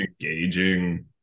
engaging